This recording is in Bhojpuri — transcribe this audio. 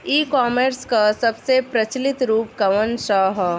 ई कॉमर्स क सबसे प्रचलित रूप कवन सा ह?